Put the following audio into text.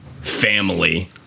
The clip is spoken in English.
family